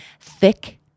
Thick